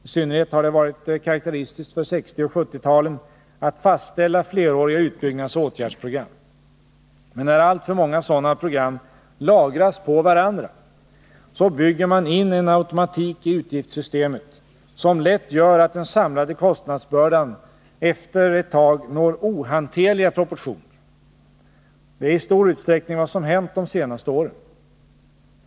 I synnerhet har det varit karaktäristiskt för 1960 och 1970-talen att fastställa fleråriga utbyggnadsoch åtgärdsprogram. Men när alltför många sådana program lagras på varandra bygger man in en automatik i utgiftssystemet som gör att den samlade kostnadsbördan efter ett tag lätt får ohanterliga proportioner. Det är i stor utsträckning vad som hänt de senaste åren.